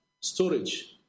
storage